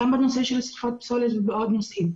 גם בנושא של שריפות פסולת ובעוד נושאים.